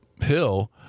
hill